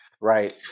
Right